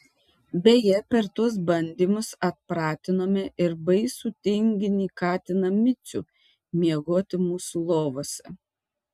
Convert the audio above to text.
beje per tuos bandymus atpratinome ir baisų tinginį katiną micių miegoti mūsų lovose